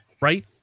Right